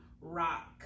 rock